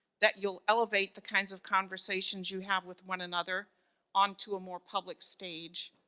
that you'll elevate the kinds of conversations you have with one another onto a more public stage,